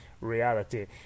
reality